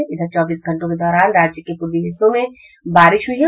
इधर पिछले चौबीस घंटों के दौरान राज्य के पूर्वी हिस्सों में बारिश हुयी है